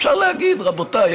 אפשר להגיד: רבותיי,